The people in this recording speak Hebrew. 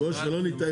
בוא, שלא נטעה.